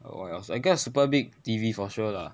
oh what else I get a super big T_V for sure lah